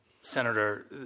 Senator